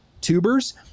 tubers